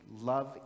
love